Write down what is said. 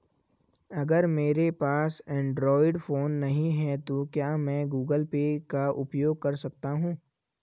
अगर मेरे पास एंड्रॉइड फोन नहीं है तो क्या मैं गूगल पे का उपयोग कर सकता हूं?